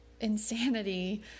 Insanity